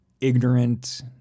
ignorant